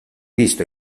visto